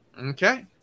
Okay